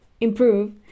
improve